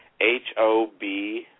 H-O-B